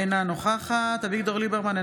אינה נוכחת אביגדור ליברמן,